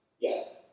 Yes